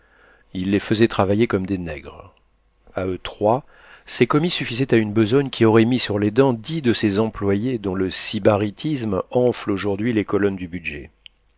il les faisait travailler comme des nègres a eux trois ces commis suffisaient à une besogne qui aurait mis sur les dents dix de ces employés dont le sybaritisme enfle aujourd'hui les colonnes du budget